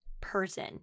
person